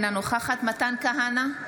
אינה נוכחת מתן כהנא,